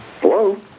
Hello